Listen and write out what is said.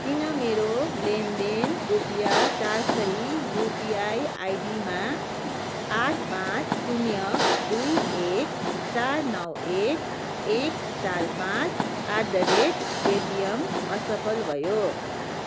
किन मेरो लेनदेन रुपियाँ चार सय युपिआई आइडीमा आठ पाँच शून्य दुई एक चार नौ एक एक चार पाँच एट द रेट पेटिएम असफल भयो